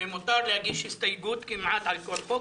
ומותר להגיש הסתייגות כמעט על כל חוק,